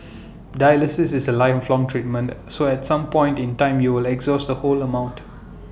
dialysis is A lifelong treatment so at some point in time you will exhaust the whole amount